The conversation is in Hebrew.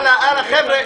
--- הלאה, חבר'ה.